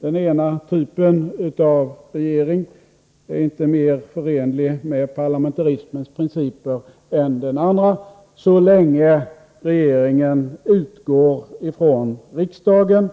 Den ena typen av regering är inte mer förenlig med parlamentarismens principer än den andra, så länge regeringen utgår från riksdagen